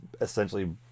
essentially